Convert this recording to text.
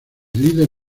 líder